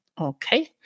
Okay